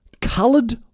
coloured